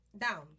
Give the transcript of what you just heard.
Down